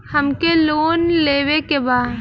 हमके लोन लेवे के बा?